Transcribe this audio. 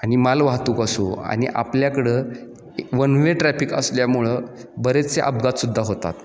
आणि माल वाहतूक असो आणि आपल्याकडं वन वे ट्रॅफिक असल्यामुळं बरेचसे अपघात सुद्धा होतात